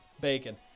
bacon